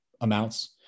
amounts